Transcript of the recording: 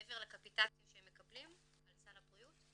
מעבר לקפיטציה שהם מקבלים על סל הבריאות,